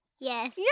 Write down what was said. Yes